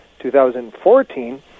2014